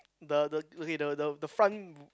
the the okay the the the front